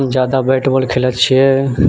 जादा bat ball खेलैत छियै